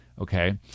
Okay